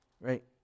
right